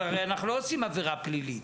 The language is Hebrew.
הרי אנחנו לא עושים עבירה פלילית,